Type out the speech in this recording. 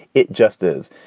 it just is.